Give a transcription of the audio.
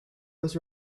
was